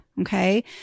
Okay